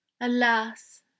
alas